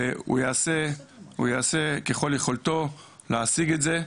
הוא יעשה ככל יכולתו להשיג את זה,